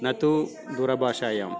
न तु दूरभाषायाम्